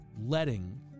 letting